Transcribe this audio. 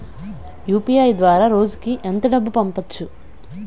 UPI ద్వారా రోజుకి ఎంత డబ్బు పంపవచ్చు?